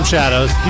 Shadows